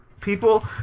people